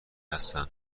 هستن